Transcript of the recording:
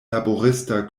laborista